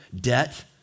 debt